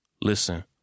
listen